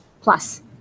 plus